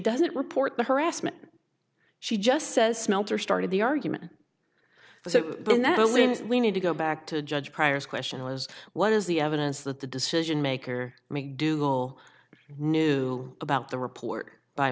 doesn't report the harassment she just says smelter started the argument so that means we need to go back to judge prior's question was what is the evidence that the decision maker mcdougal knew about the report by